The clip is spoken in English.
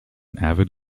avid